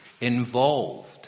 involved